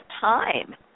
time